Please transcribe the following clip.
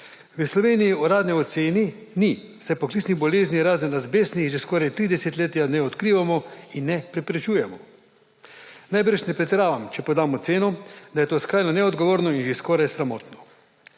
V Sloveniji uradne ocene ni, saj poklicnih bolezni, razen azbestnih, že skoraj tri desetletja ne odkrivamo in ne preprečujemo. Najbrž ne pretiravam, če podam oceno, da je to skrajno neodgovorno in že skoraj sramotno,